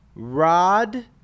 Rod